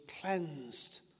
cleansed